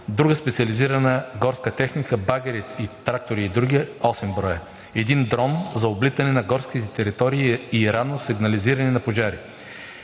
друга специализирана горска техника – багери, трактори и други; един дрон за облитане на горски територии и ранно сигнализиране на пожари.